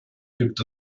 gibt